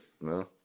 No